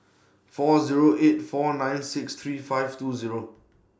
four Zero eight four nine six three five two Zero